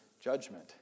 judgment